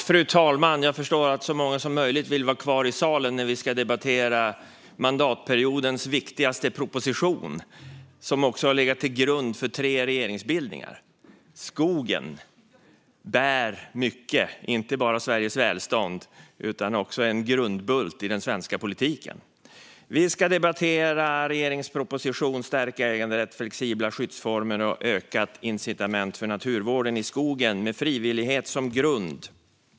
Fru talman! Jag förstår att så många som möjligt vill vara kvar i salen när vi ska debattera mandatperiodens viktigaste proposition, som också har legat till grund för tre regeringsbildningar. Skogen bär mycket, inte bara Sveriges välstånd utan den är också en grundbult i den svenska politiken. Vi ska debattera regeringens proposition Stärkt äganderätt, flexibla skyddsformer och ökade incitament för naturvården i skogen med frivillighet som grund .